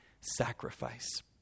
sacrifice